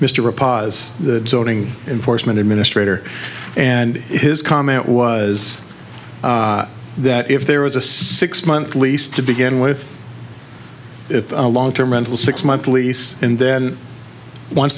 mr a pause the zoning enforcement administrator and his comment was that if there was a six month lease to begin with if a long term rental six month lease and then once